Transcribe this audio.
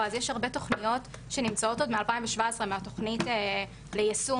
אז יש הרבה תוכניות שנמצאות עוד מ-2017 מהתוכנית ליישום.